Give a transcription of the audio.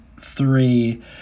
three